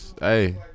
Hey